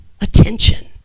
attention